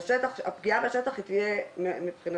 הפגיעה בשטח היא תהיה מבחינתנו,